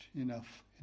enough